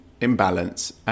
imbalance